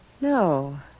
No